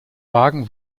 wagen